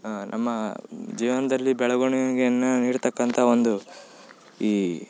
ನಮ್ಮ ಜೀವನದಲ್ಲಿ ಬೆಳವಣಿಗೆಯನ್ನು ನೀಡತಕ್ಕಂಥ ಒಂದು ಈ